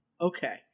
okay